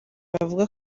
bavuga